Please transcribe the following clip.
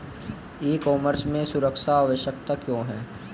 ई commerce में सुरक्षा आवश्यक क्यों है?